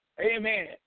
Amen